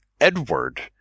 Edward